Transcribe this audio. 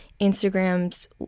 Instagram's